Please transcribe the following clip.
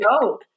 go